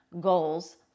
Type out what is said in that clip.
goals